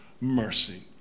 mercy